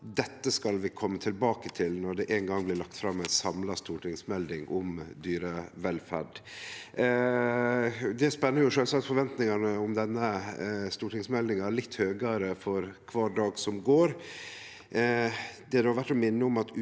dette skal vi kome tilbake til når det ein gong blir lagt fram ei samla stortingsmelding om dyrevelferd. Det spenner jo sjølvsagt forventningane om denne stortingsmeldinga litt høgare for kvar dag som går.